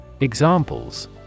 Examples